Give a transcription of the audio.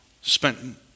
spent